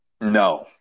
No